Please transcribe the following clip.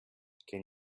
can